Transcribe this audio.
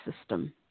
system